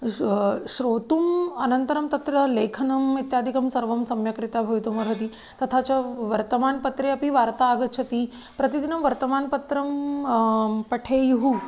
श्रोतुम् अनन्तरं तत्र लेखनम् इत्यादिकं सर्वं सम्यक् रीत्या भवितुमर्हति तथा च वर्तमानपत्रे अपि वार्ताः आगच्छति प्रतिदिनं वर्तमानपत्रं पठेयुः